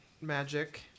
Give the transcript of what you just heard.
magic